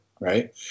right